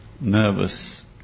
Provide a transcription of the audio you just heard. nervous